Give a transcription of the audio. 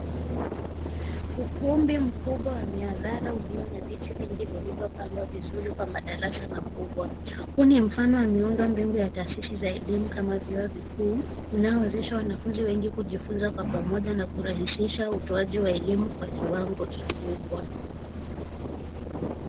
Ukumbi mkubwa wa mihadhara ulio na viti vingi vilivyopangwa vizuri kwa madarasa makubwa. Huu ni mfano wa miundombinu ya taasisi za elimu kama vyuo vikuu, unaowezesha wanafunzi wengi kujifunza kwa pamoja na kurahisisha utoaji wa elimu kwa kiwango kikubwa.